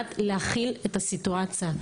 לדעת להכיל את הסיטואציה.